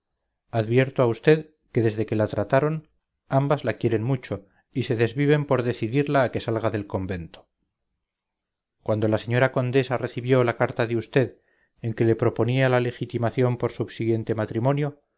advierto a vd que desde que la trataron ambas la quieren mucho y se desviven por decidirla a que salga del convento cuando la señora condesa recibió la carta de vd en que le proponía la legitimación por subsiguiente matrimonio